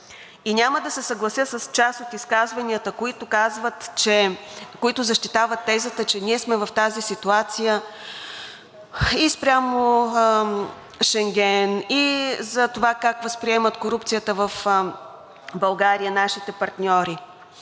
Няма да се съглася с част от изказванията, които защитават тезата, че ние сме в тази ситуация и спрямо Шенген, и за това как възприемат корупцията в България нашите партньори,